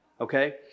Okay